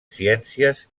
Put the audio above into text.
ciències